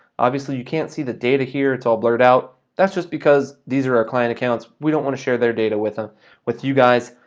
obviously, you can't see the data here, it's all blurred out. that's just because these are our client accounts. we don't wanna share their data with ah with you guys,